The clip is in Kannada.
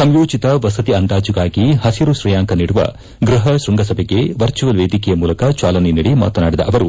ಸಂಯೋಜಿತ ವಸತಿ ಅಂದಾಜಿಗಾಗಿ ಹಸಿರು ಶ್ರೇಯಾಂಕ ನೀಡುವ ಗೃಪ ಶೃಂಗಸಭೆಗೆ ವರ್ಚುವಲ್ ವೇದಿಕೆಯ ಮೂಲಕ ಚಾಲನೆ ನೀಡಿ ಮಾತನಾಡಿದ ಅವರು